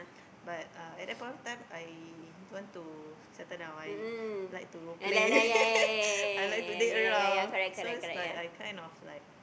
but uh at that point of time I don't want to settle down I like to play I like to date around so it's like I kind of like